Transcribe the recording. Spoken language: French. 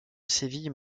séville